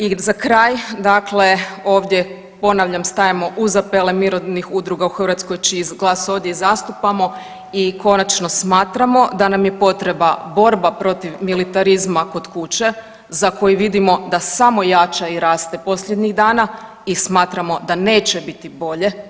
I za kraj, dakle ovdje ponavljam stajemo uz apele mirovnih udruga u Hrvatskoj čiji glas ovdje i zastupamo i konačno smatramo da nam je potrebna borba protiv militarizma kod kuće za koji vidimo da samo jača i raste posljednjih dana i smatramo da neće biti bolje.